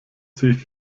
sich